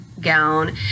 gown